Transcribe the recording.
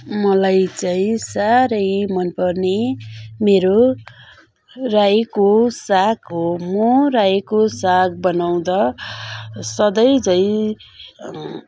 मलाई चाहिँ साह्रै मन पर्ने मेरो रायोको साग हो म रायोको साग बनाउँदा सधैँ झैँ